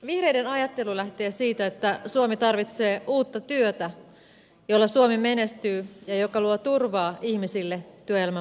vihreiden ajattelu lähtee siitä että suomi tarvitsee uutta työtä jolla suomi menestyy ja joka luo turvaa ihmisille työelämän murroksessa